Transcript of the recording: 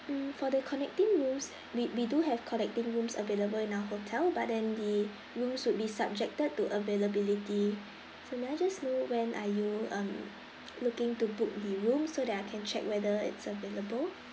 mm for the connecting rooms we we do have connecting rooms available in our hotel but then the rooms would be subjected to availability so may I just know when are you um looking to book the room so that I can check whether it's available